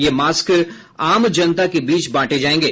ये मास्क आम जनता के बीच बांटे जायेंगे